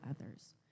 others